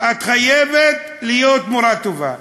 את חייבת להיות מורה טובה.